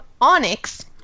onyx